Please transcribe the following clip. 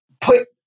put